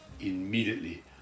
immediately